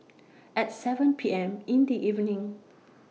At seven P M in The evening